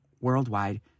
worldwide